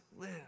live